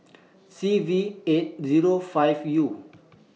C V eight Zero five U